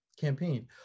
campaign